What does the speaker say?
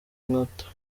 mutwe